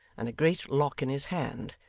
and a great lock in his hand,